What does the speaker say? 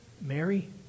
Mary